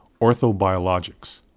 orthobiologics